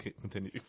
continue